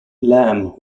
lamb